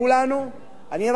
אמנון כהן,